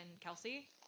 Kelsey